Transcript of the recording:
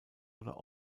oder